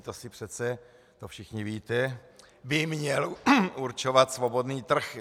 To si přece, to všichni víte, by měl určovat svobodný trh.